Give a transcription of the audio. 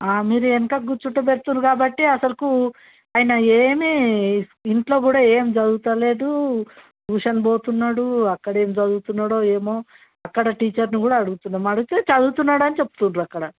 మీరు వెనక కూర్చుంటపెడుతుండ్రు కాబట్టి అసలకు ఆయన ఏమీ ఇంట్లో కూడా ఏం చదువుతలేడు ట్యూషన్ పోతున్నాడు అక్కడేం చదువుతున్నాడో ఏమో అక్కడ టీచర్ని కూడా అడుగుతున్నాం అడిగితే చదువుతున్నాడు అని చెప్తున్నారు అక్కడ